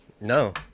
No